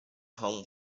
home